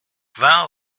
vingt